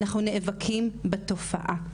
אנחנו נאבקים בתופעה.